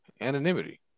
Anonymity